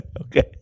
okay